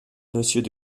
monsieur